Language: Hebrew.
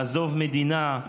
לעזוב מדינה,